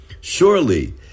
Surely